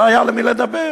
לא היה עם מי לדבר.